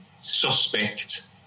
suspect